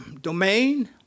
domain